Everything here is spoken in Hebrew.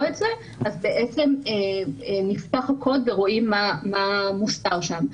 את זה אז בעצם נפתח הקוד ורואים מה מוסתר שם.